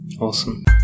Awesome